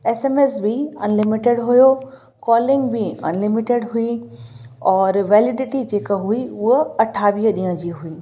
S M S बि unlimited हुओ calling बि अनलिमीटेड हुई और वौलिडिटी जे का हुई उहो अठावीह ॾींहं जी हुई